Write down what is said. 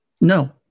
No